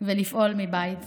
ולפעול מבית זה.